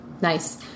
Nice